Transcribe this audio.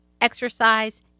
exercise